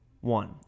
one